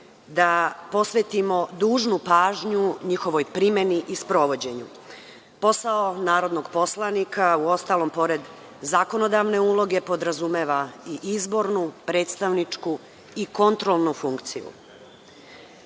da posvetimo dužnu pažnju njihovoj primeni i sprovođenju. Posao narodnog poslanika uostalom, pored zakonodavne uloge, podrazumeva i izbornu, predstavničku i kontrolnu funkciju. Kada